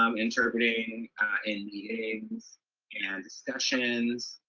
um interpreting in meetings and discussions.